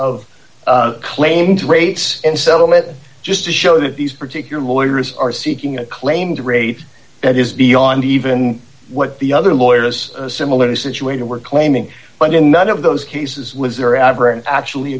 of claims rates and d settlement just to show that these particular lawyers are seeking a claimed rate that is beyond even what the other lawyers similarly situated were claiming but in none of those cases was there ever an actually